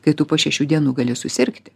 kai tu po šešių dienų gali susirgti